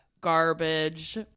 garbage